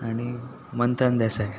आनी मंथन देसाय